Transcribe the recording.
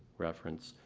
reference.